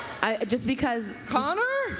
just because connor?